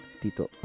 Tito